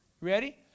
Ready